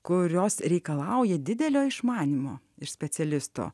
kurios reikalauja didelio išmanymo ir specialisto